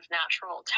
natural